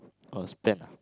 oh spend ah